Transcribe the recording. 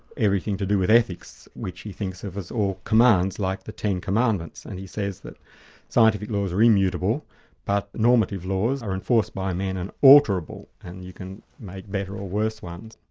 everything to do with ethics, which he thinks of as all commands, like the ten commandments, and he says that scientific laws are immutable but normative laws are enforced by men and alterable, and you can make better or worse ones.